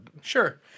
Sure